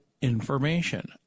information